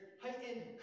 heightened